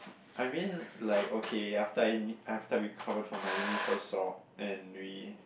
I mean like okay after I n~ after I recover from my initial sore and we